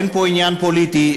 אין פה עניין פוליטי,